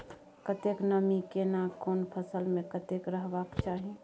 कतेक नमी केना कोन फसल मे कतेक रहबाक चाही?